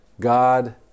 God